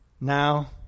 Now